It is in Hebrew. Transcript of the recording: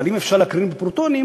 אבל אם אפשר להקרין בפרוטונים,